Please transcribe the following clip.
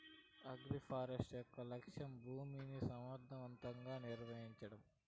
agroforestry యొక్క లక్ష్యం భూమిని సమర్ధవంతంగా నిర్వహించడం